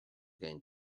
going